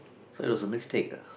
so it was a mistake ah